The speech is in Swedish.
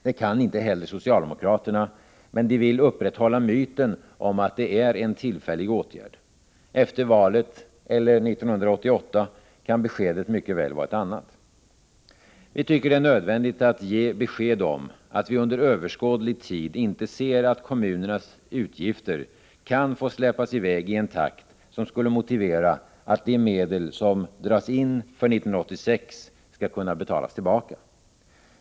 Det kan socialdemokraterna inte heller, men de vill upprätthålla myten om att det är fråga om en tillfällig åtgärd. Efter valet, eller 1988, kan beskedet mycket väl vara ett annat. Vi tycker att det är nödvändigt att ge besked om att vi under överskådlig tid inte ser att kommunernas utgifter kan få släppas i väg i en takt som skulle motivera att de medel som dras in för 1986 skall kunna betalas tillbaka.